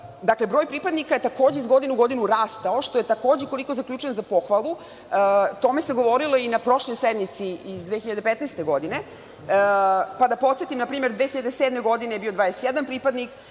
Dakle, broj pripadnika je takođe iz godine u godinu rastao, što je za pohvalu. O tome se govorilo i na prošloj sednici iz 2015. godine. Podsetiću, na primer, 2007. godine je bio 21 pripadnik,